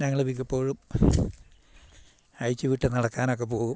ഞങ്ങള് മിക്കപ്പോഴും അഴിച്ച് വിട്ട് നടക്കാനൊക്കെ പോകും